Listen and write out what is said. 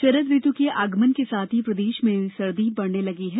मौसम शरद ऋतु के आगमन के साथ ही प्रदेश में सर्दी बढ़ने लगी है